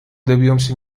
добьемся